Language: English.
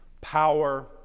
Power